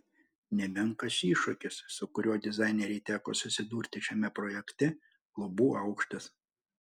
nemenkas iššūkis su kuriuo dizainerei teko susidurti šiame projekte lubų aukštis